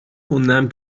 خوندم